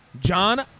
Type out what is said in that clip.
John